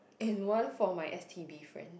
and one for my s_t_b friends